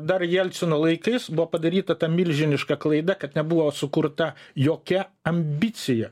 dar jelcino laikais buvo padaryta ta milžiniška klaida kad nebuvo sukurta jokia ambicija